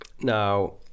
now